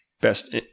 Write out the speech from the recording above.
best